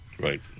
Right